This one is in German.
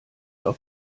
auf